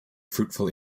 fruitful